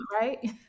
right